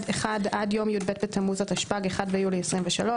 (1) עד יום י"ב בתמוז התשפ"ג (1 ביולי 2023),